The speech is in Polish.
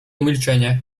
milczenie